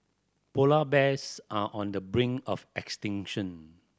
polar bears are on the brink of extinction